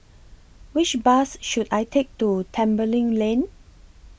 Which Bus should I Take to Tembeling Lane